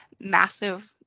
massive